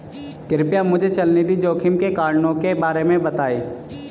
कृपया मुझे चल निधि जोखिम के कारणों के बारे में बताएं